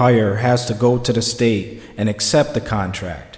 hire has to go to the state and accept the contract